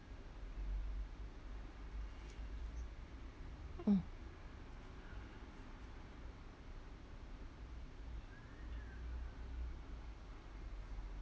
oh